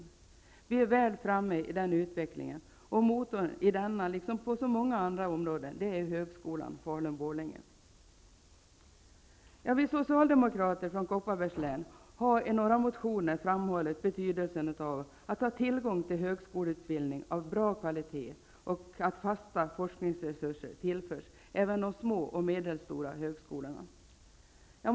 Vi ligger väl framme i den utvecklingen, och motorn i denna liksom på så många andra områden är högskolan Falun/Borlänge. Vi socialdemokrater från Kopparbergs län har i några motioner framhållit betydelsen av att ha tillgång till högskoleutbildning av bra kvalitet och av att fasta forskningsresurser tillförs även de små och medelstora högskolorna.